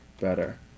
better